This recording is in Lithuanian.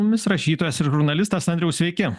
mumis rašytojas ir žurnalistas andriau sveiki